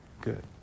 Good